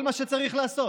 כל מה שצריך לעשות